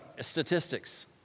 statistics